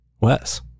wes